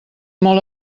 molt